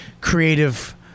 creative